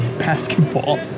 basketball